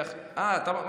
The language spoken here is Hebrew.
למה אתה מצביע לי,